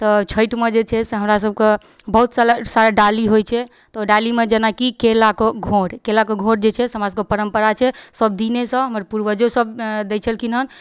तऽ छठिमे जे छै हमरासबके बहुत सारा डाली होइ छै तऽ ओहि डालीमे जेनाकि केलाके घौर केलाके घौर जे छै से हमरासबके परम्परा छै सबदिनेसँ हमर पूर्वजोसब दै छलखिन हँ